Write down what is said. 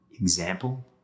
example